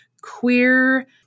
queer